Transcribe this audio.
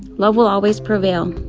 love will always prevail.